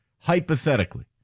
Hypothetically